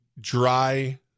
dry